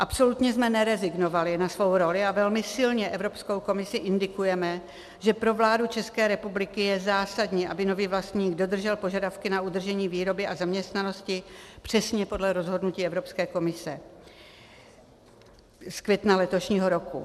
Absolutně jsme nerezignovali na svou roli a velmi silně Evropskou komisi indikujeme, že pro vládu České republiky je zásadní, aby nový vlastník dodržel požadavky na udržení výroby a zaměstnanosti přesně podle rozhodnutí Evropské komise z května letošního roku.